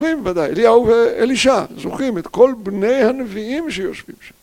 זוכרים בוודאי, אליה ואלישה, זוכרים את כל בני הנביאים שיושבים שם